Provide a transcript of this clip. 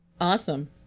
Awesome